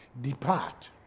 depart